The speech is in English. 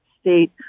state